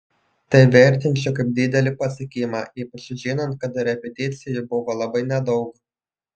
tai vertinčiau kaip didelį pasiekimą ypač žinant kad repeticijų buvo labai nedaug